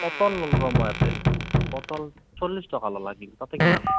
পটল ল'লোঁ ৰ মই ইয়াতে পটল চল্লিছ টকা ল'লে কেজি তাতে কিমান